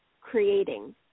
creating